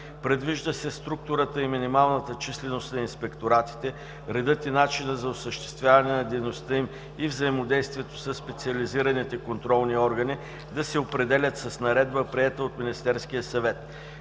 Предвижда се структурата и минималната численост на инспекторатите, редът и начинът за осъществяване на дейността им и взаимодействието със специализираните контролни органи, да се определят с наредба, приета от Министерския съвет.